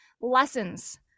lessons